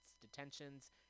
detentions